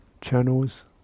channels